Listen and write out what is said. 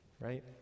right